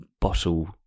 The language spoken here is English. bottle